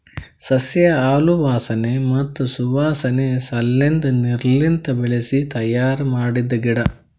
ಸಸ್ಯ ಹಾಲು ವಾಸನೆ ಮತ್ತ್ ಸುವಾಸನೆ ಸಲೆಂದ್ ನೀರ್ಲಿಂತ ಬೆಳಿಸಿ ತಯ್ಯಾರ ಮಾಡಿದ್ದ ಗಿಡ